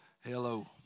Hello